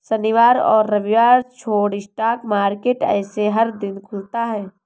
शनिवार और रविवार छोड़ स्टॉक मार्केट ऐसे हर दिन खुलता है